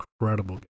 Incredible